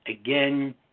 again